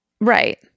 Right